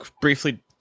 briefly